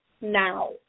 now